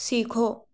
सीखो